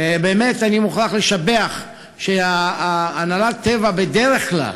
באמת, אני מוכרח לשבח, שהנהלת טבע, בדרך כלל,